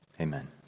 Amen